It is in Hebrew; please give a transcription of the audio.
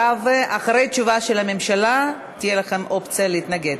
אחרי התשובה של הממשלה תהיה לכם אופציה להתנגד.